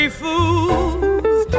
fools